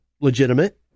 legitimate